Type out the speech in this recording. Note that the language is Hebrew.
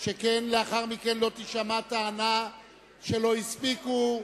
שכן לאחר מכן לא תישמע טענה שלא הספיקו,